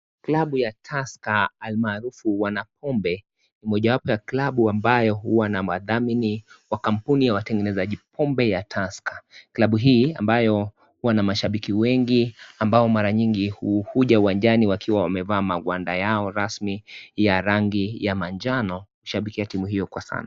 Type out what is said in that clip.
Klabu ya Tusker almaarufu wana pombe ni mojawapo ya klabu ambayo huwa na wadhamini wa kampuni ya utengenezaji pombe ya Tusker. Klabu hii ambayo huwa na mashabiki wengi ambao mara nyingi huja uwanjani wakiwa wamevaa magwanda yao rasmi ya rangi ya manjano kushabikia timu hiyo kwa sana.